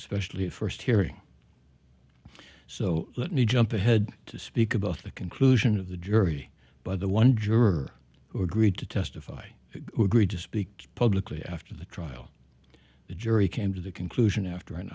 especially at first hearing so let me jump ahead to speak about the conclusion of the jury by the one juror who agreed to testify to speak publicly after the trial the jury came to the conclusion after an